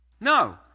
No